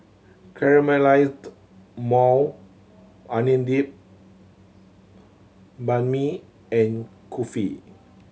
Caramelized Maui Onion Dip Banh Mi and Kulfi